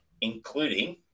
including